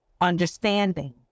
understanding